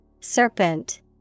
serpent